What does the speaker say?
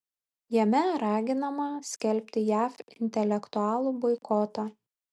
jame raginama skelbti jav intelektualų boikotą